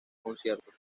conciertos